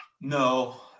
No